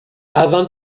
avant